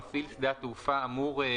קשה ממה שכבר היה לנו זה היה מאוד-מאוד חשוב.